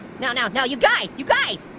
no, no, no, you guys, you guys,